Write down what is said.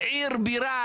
עיר בירה,